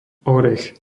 orech